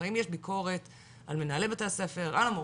זאת אומרת האם יש ביקורת על מנהלי בית הספר,